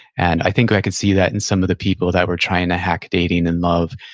and i think i could see that in some of the people that were trying to hack dating and love.